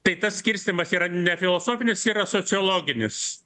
tai tas skirstymas yra nefilosofinis yra sociologinis